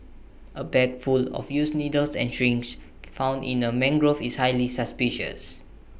A bag full of used needles and syringes found in A mangrove is highly suspicious